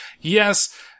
Yes